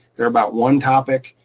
they're about one topic,